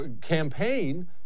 campaign